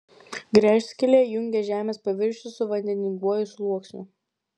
gręžskylė jungia žemės paviršių su vandeninguoju sluoksniu